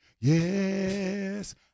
yes